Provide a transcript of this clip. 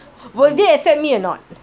will they accept me a not